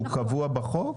הוא קבוע בחוק?